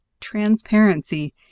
transparency